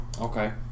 Okay